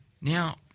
Now